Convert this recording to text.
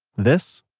this